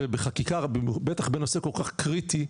ובחקיקה בטח בנושא כל כך קריטי,